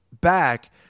back